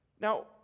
Now